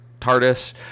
TARDIS